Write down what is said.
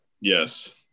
Yes